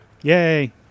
Yay